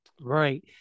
Right